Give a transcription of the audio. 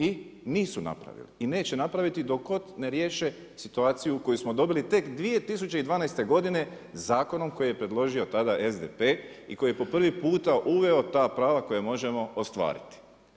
I nisu napravili i neće napraviti dok god ne riješe situaciju koju smo dobili tek 2012. godine zakonom koji je predložio tada SDP i koji je po prvi puta uveo ta prava koja možemo ostvariti.